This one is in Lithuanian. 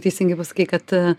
teisingai pasakei kad